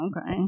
okay